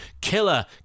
killer